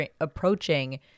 approaching